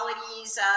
qualities